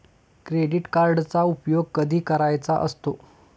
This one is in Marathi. क्रेडिट कार्डचा उपयोग कधी करायचा असतो?